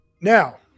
Now